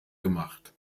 gemacht